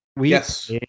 Yes